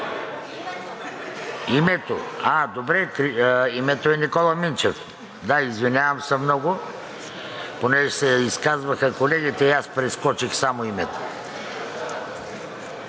Името е Никола Минчев. Да, извинявам се много. Понеже се изказваха колегите, и аз прескочих само името.